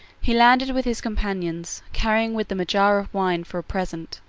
he landed with his companions, carrying with them a jar of wine for a present,